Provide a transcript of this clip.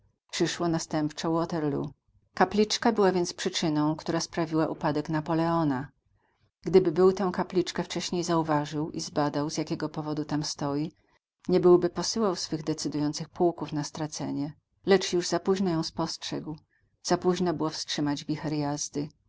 waterloo kapliczka więc była przyczyną która sprawiła upadek napoleona gdyby był tę kapliczkę wcześniej zauważył i zbadał z jakiego powodu tam stoi nie byłby posyłał swych decydujących pułków na stracenie lecz już za późno ją spostrzegł za późno było wstrzymać